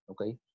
okay